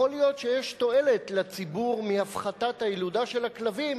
יכול להיות שיש תועלת לציבור מהפחתת הילודה של הכלבים,